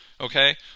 Okay